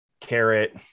carrot